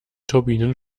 turbinen